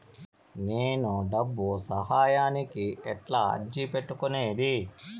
నేను డబ్బు సహాయానికి ఎట్లా అర్జీ పెట్టుకునేది?